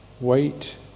wait